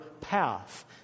path